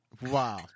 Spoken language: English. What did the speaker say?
Wow